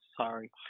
sorry